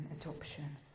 adoption